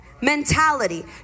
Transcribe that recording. mentality